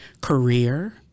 Career